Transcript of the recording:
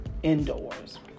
indoors